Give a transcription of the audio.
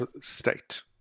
state